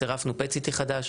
צירפנו פט סיטי חדש,